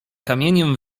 kamieniem